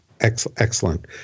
Excellent